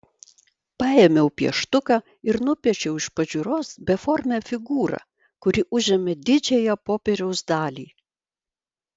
paėmiau pieštuką ir nupiešiau iš pažiūros beformę figūrą kuri užėmė didžiąją popieriaus dalį